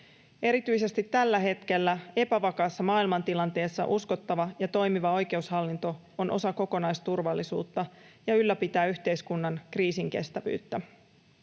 Erityisesti tällä hetkellä, epävakaassa maailmantilanteessa, uskottava ja toimiva oikeushallinto on osa kokonaisturvallisuutta ja ylläpitää yhteiskunnan kriisinkestävyyttä.